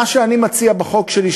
מה שאני מציע בחוק שלי,